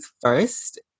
first